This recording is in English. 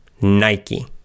Nike